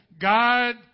God